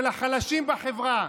של החלשים בחברה,